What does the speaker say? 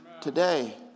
today